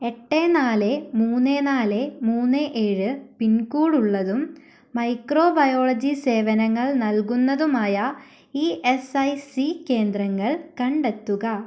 എട്ട് നാല് മൂന്ന് നാല് മൂന്ന് ഏഴ് പിൻകോഡ് ഉള്ളതും മൈക്രോബയോളജി സേവനങ്ങൾ നൽകുന്നതുമായ ഇ എസ് ഐ സി കേന്ദ്രങ്ങൾ കണ്ടെത്തുക